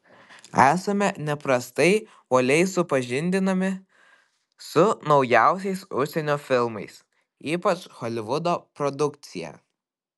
esame neprastai uoliai supažindinami su naujausiais užsienio filmais ypač holivudo produkcija